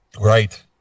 Right